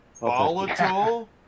Volatile